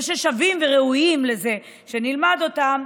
וששווים וראויים שנלמד אותם,